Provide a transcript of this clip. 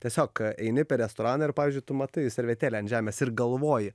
tiesiog eini per restoraną ir pavyzdžiui tu matai servetėlę ant žemės ir galvoji